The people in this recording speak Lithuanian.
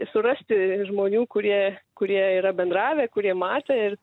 surasti žmonių kurie kurie yra bendravę kurie matė ir